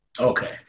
Okay